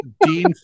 Dean